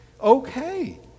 okay